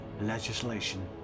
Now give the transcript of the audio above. legislation